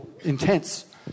intense